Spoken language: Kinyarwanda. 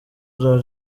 ibura